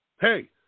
Hey